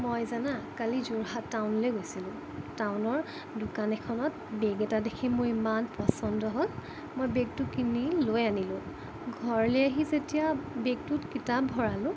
মই জানা কালি যোৰহাট টাউনলৈ গৈছিলোঁ টাউনৰ দোকান এখনত বেগ এটা দেখি মোৰ ইমান পচন্দ হ'ল মই বেগটো কিনি লৈ আনিলোঁ ঘৰলৈ আহি যেতিয়া বেগটোত কিতাপ ভৰালোঁ